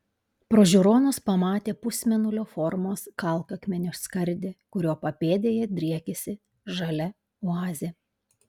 pro žiūronus pamatė pusmėnulio formos kalkakmenio skardį kurio papėdėje driekėsi žalia oazė